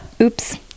Oops